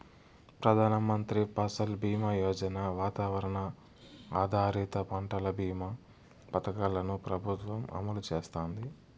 ప్రధాన మంత్రి ఫసల్ బీమా యోజన, వాతావరణ ఆధారిత పంటల భీమా పథకాలను ప్రభుత్వం అమలు చేస్తాంది